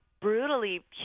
brutally